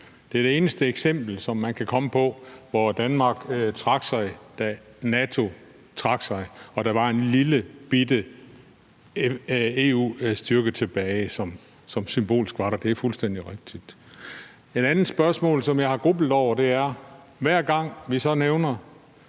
Det er det eneste eksempel, som man kan komme på, hvor Danmark trak sig, da NATO trak sig og der var en lillebitte EU-styrke tilbage, som symbolsk var der. Det er fuldstændig rigtigt. Et andet spørgsmål, som jeg har grublet over, handler om, hver gang vi nævner